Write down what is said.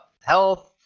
health